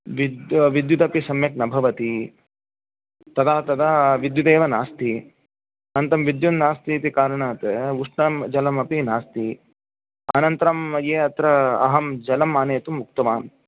विद् विद्युदपि सम्यक् न भवति तदा तदा विद्युदेव नास्ति अनन्तरं विद्युन्नास्तीति कारणात् उष्णं जलमपि नास्ति अनन्तरं ये अत्र अहं जलम् आनयितुम् उक्तवान्